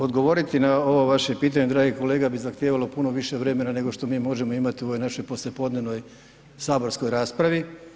Odgovoriti na ovo vaše pitanje dragi kolega bi zahtijevalo puno više vremena nego što mi možemo imati u ovoj našoj poslijepodnevnoj saborskoj raspravi.